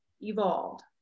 evolved